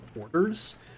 orders